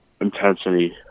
intensity